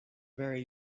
very